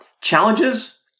challenges